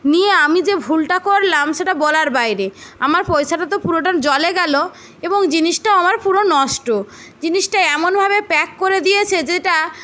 নিয়ে আমি যে ভুলটা করলাম সেটা বলার বাইরে আমার পয়সাটা তো পুরো জলে গেল এবং জিনিসটাও আমার পুরো নষ্ট জিনিসটা এমনভাবে প্যাক করে দিয়েছে যেটা